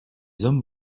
hommes